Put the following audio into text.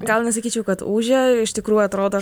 gal nesakyčiau kad ūžia iš tikrųjų atrodo